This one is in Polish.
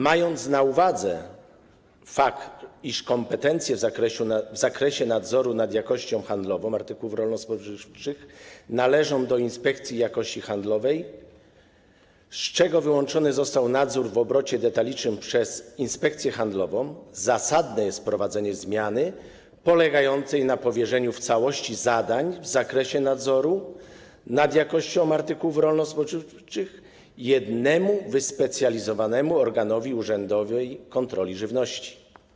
Mając na uwadze fakt, iż kompetencje w zakresie nadzoru nad jakością handlową artykułów rolno-spożywczych należą do inspekcji jakości handlowej, z czego wyłączony został nadzór w obrocie detalicznym sprawowany przez Inspekcję Handlową, zasadne jest wprowadzenie zmiany polegającej na powierzeniu w całości zadań w zakresie nadzoru nad jakością artykułów rolno-spożywczych jednemu wyspecjalizowanemu organowi urzędowej kontroli żywności.